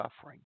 suffering